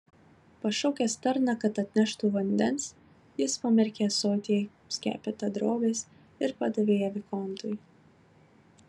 pašaukęs tarną kad atneštų vandens jis pamerkė ąsotyje skepetą drobės ir padavė ją vikontui